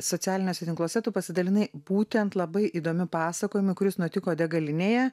socialiniuose tinkluose tu pasidalinai būtent labai įdomiu pasakojimu kuris nutiko degalinėje